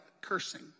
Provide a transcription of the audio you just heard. cursing